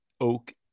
oak